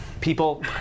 People